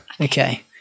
Okay